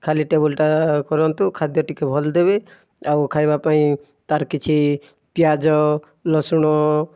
ଖାଲି ଟେବୁଲ୍ଟା କରନ୍ତୁ ଖାଦ୍ୟ ଟିକିଏ ଭଲ ଦେବେ ଆଉ ଖାଇବା ପାଇଁ ତା'ର କିଛି ପିଆଜ ରସୁଣ